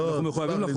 אנחנו מחויבים לחוק.